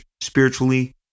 spiritually